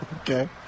Okay